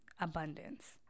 abundance